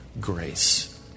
grace